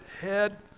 head